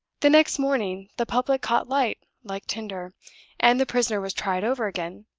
the next morning the public caught light like tinder and the prisoner was tried over again,